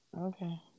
Okay